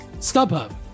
StubHub